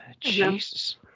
Jesus